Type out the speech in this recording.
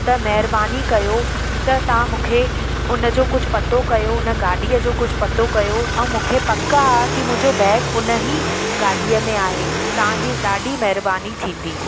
त महिरबानी कयो त तव्हां मूंखे हुन जो कुझु पतो कयो हुन गाॾीअ जो कुझु पतो कयो ऐं मूंखे पकु आहे की मुंहिंजो बैग उन ई गाॾीअ में आहे तव्हांजी ॾाढी महिरबानी थींदी